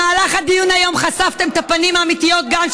במהלך הדיון היום חשפתם את הפנים האמיתיות, גם,